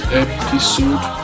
episode